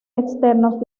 externos